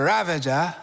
Ravager